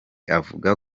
avuga